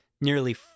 nearly